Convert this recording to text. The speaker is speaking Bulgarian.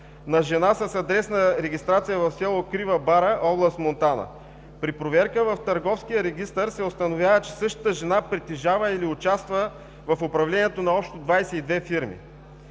на жена с адресна регистрация в село Крива Бара, област Монтана. При проверка в Търговския регистър се установява, че същата жена притежава или участва в управлението на общо 22 фирми.